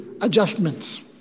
adjustments